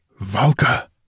Valka